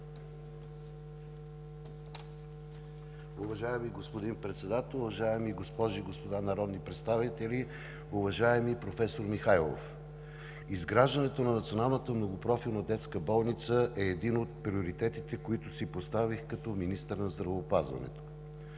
Уважаеми господин Председател, уважаеми госпожи и господа народни представители! Уважаеми професор Михайлов, изграждането на Национална многопрофилна детска болница е един от приоритетите, които си поставих като министър на здравеопазването.